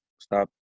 stop